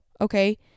okay